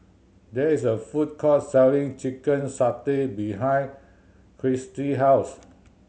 there is a food court selling chicken satay behind house